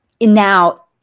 now